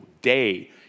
day